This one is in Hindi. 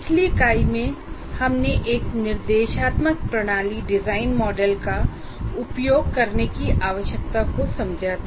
पिछली इकाई में हमने एक निर्देशात्मक प्रणाली डिजाइन मॉडल का उपयोग करने की आवश्यकता को समझा था